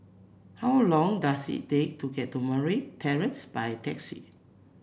how long does it take to get to Murray Terrace by taxi